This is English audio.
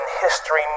history